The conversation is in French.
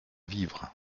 vivre